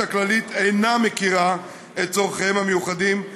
הכללית אינה מכירה את צורכיהם המיוחדים,